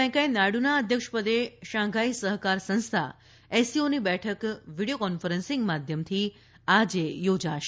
વેંકૈયા નાયડુના અધ્યક્ષપદે શાંઘાઈ સહકાર સંસ્થા એસસીઓની બેઠક વીડિયો કોન્ફરન્સિંગ માધ્યમથી આજે યોજાશે